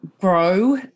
grow